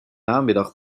namiddag